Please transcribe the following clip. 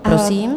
Prosím.